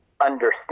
understand